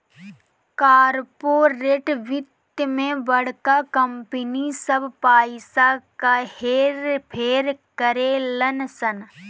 corporate वित्त मे बड़का कंपनी सब पइसा क हेर फेर करेलन सन